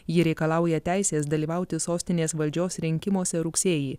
ji reikalauja teisės dalyvauti sostinės valdžios rinkimuose rugsėjį